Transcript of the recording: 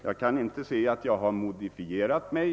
Jag kan inte finna att jag har modifierat mig.